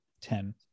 ten